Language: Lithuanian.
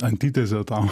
antitezė tam